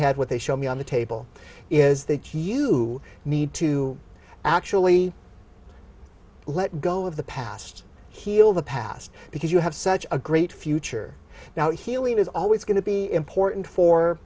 head what they show me on the table is that you need to actually let go of the past heal the past because you have such a great future now healing is always going to be important for